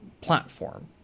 platform